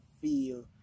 feel